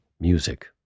music